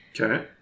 okay